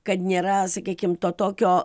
kad nėra sakykim to tokio